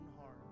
heart